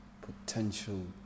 potential